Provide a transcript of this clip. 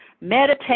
meditate